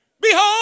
Behold